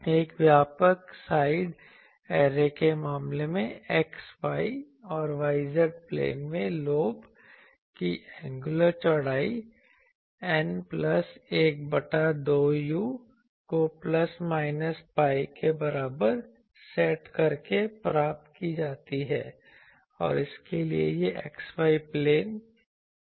एक व्यापक side array के मामले में x y और y z प्लेन में लोब की एंगुलर चौड़ाई N प्लस 1 बटा 2 u को प्लस माइनस pi के बराबर सेट करके प्राप्त की जाती है और इसलिए यह x y प्लेन में है